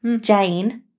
Jane